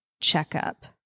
checkup